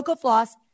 Floss